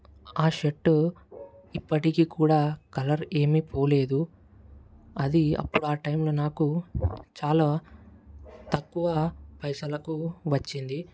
ఆ షర్ట్ ఇప్పటికీ కూడా కలర్ ఏమీ పోలేదు అది అప్పుడు ఆ టైంలో నాకు చాలా తక్కువ పైసలకు వచ్చింది